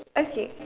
okay